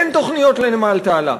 אין תוכניות לנמל תעלה.